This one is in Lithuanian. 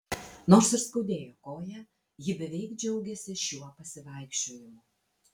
nors ir skaudėjo koją ji beveik džiaugėsi šiuo pasivaikščiojimu